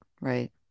Right